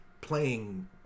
playing